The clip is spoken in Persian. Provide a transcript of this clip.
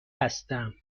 هستم